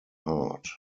hard